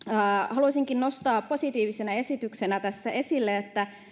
haluaisinkin nostaa positiivisena esityksenä tässä esille että